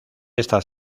estas